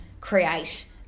create